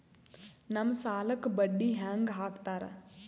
ನಮ್ ಸಾಲಕ್ ಬಡ್ಡಿ ಹ್ಯಾಂಗ ಹಾಕ್ತಾರ?